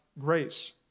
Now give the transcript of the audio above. grace